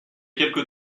quelque